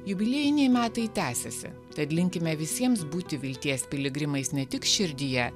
jubiliejiniai metai tęsiasi tad linkime visiems būti vilties piligrimais ne tik širdyje